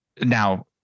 Now